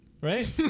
right